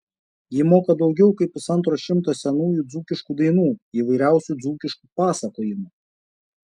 ji moka daugiau kaip pusantro šimto senųjų dzūkiškų dainų įvairiausių dzūkiškų pasakojimų